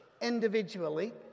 individually